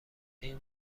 این